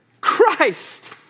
Christ